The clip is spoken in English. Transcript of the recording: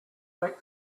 make